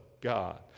God